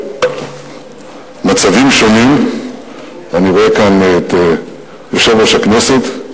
במצבים שונים אני רואה כאן את יושב-ראש הכנסת,